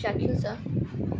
ଚାକ୍ଷୁଷ